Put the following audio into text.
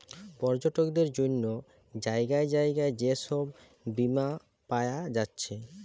পর্যটকদের জন্যে জাগায় জাগায় যে সব বীমা পায়া যাচ্ছে